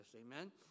amen